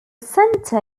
center